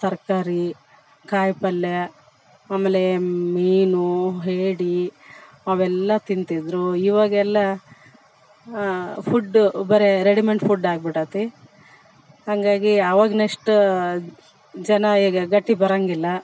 ತರಕಾರಿ ಕಾಯಿಪಲ್ಯ ಆಮೇಲೆ ಮೀನು ಏಡಿ ಅವೆಲ್ಲ ತಿಂತಿದ್ರು ಇವಾಗೆಲ್ಲ ಫುಡ್ ಬರೀ ರೆಡಿಮೆಡ್ ಫುಡ್ ಆಗ್ಬಿಟ್ಟಿದೆ ಹಂಗಾಗಿ ಅವಾಗಿನಷ್ಟು ಜನ ಈಗ ಗಟ್ಟಿ ಬರೋಂಗಿಲ್ಲ